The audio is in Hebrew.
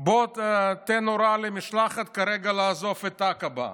בוא, תן הוראה למשלחת כרגע לעזוב את עקבה.